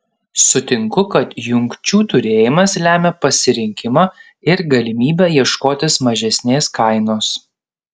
sutinku kad jungčių turėjimas lemia pasirinkimą ir galimybę ieškotis mažesnės kainos